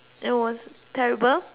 it was terrible